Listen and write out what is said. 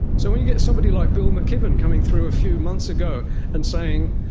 so when you get somebody like bill mckibben coming through a few months ago and saying,